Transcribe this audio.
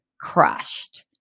crushed